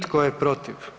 Tko je protiv?